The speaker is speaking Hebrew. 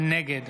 נגד